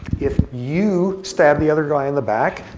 if you stab the other guy in the back,